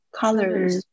colors